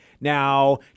Now